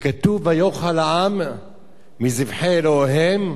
וכתוב: ויאכל העם מזבחי אלוהיהן.